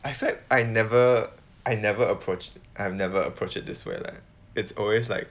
I felt I never I never approached I have never approached it this way leh it's always like